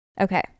Okay